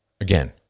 Again